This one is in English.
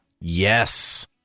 Yes